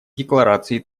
декларации